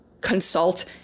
consult